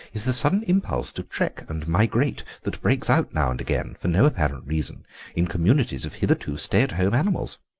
is the sudden impulse to trek and migrate that breaks out now and again, for no apparent reason, in communities of hitherto stay-at home animals.